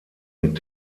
mit